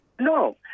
No